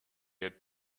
had